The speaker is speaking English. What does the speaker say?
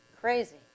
crazy